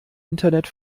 internet